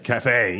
Cafe